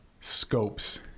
scopes